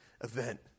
event